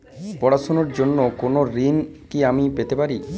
পড়াশোনা র জন্য কোনো ঋণ কি আমি পেতে পারি?